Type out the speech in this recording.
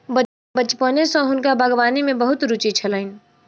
बचपने सॅ हुनका बागवानी में बहुत रूचि छलैन